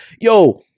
yo